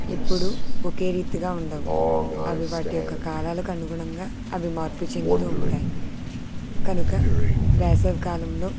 ఎప్పుడు ఒకే రీతిగా ఉండవు అవి వాటి యొక్క కాలాలకు అనుగుణంగా అవి మార్పు చెందుతు ఉంటాయి కనుక వేసవికాలంలో